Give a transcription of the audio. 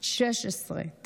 בן 16,